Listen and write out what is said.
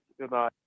goodbye